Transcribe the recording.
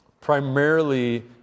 primarily